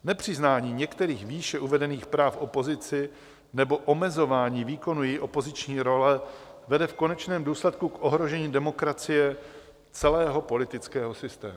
Nepřiznání některých výše uvedených práv opozici nebo omezování výkonu její opoziční role vede v konečném důsledku k ohrožení demokracie celého politického systému.